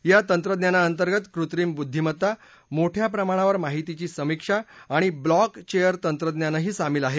या तंत्रज्ञानाअंतर्गत कृत्रिम बुद्दीमत्ता मोठ्या प्रमाणावर माहितीची समिक्षा आणि ब्लॉक चेयर तंत्रज्ञानही सामील आहे